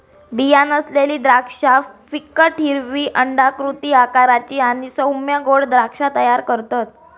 बीया नसलेली द्राक्षा फिकट हिरवी अंडाकृती आकाराची आणि सौम्य गोड द्राक्षा तयार करतत